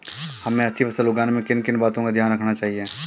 हमें अच्छी फसल उगाने में किन किन बातों का ध्यान रखना चाहिए?